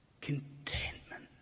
contentment